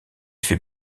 fait